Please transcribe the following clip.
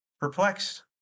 Perplexed